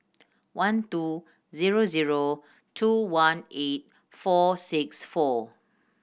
one two zero zero two one eight four six four